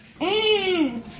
Mmm